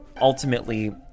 ultimately